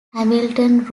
hamilton